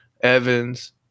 Evans